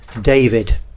David